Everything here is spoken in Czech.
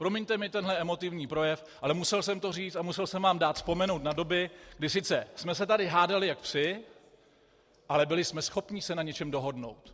Promiňte mi tenhle emotivní projev, ale musel jsem to říct a musel jsem vám dát vzpomenout na doby, kdy sice jsme se tady hádali jak psi, ale byli jsme schopni se na něčem dohodnout.